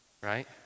right